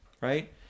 right